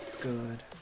good